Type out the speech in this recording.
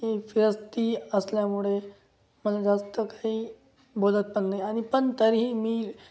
ही फिरस्ती असल्यामुळे मला जास्त काही बोलवत पण नाही आणि पण तरीही मी